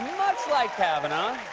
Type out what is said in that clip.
much like kavanaugh,